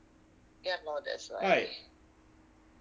right